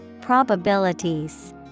Probabilities